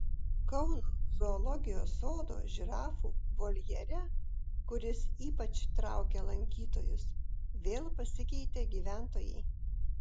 kauno zoologijos sodo žirafų voljere kuris ypač traukia lankytojus vėl pasikeitė gyventojai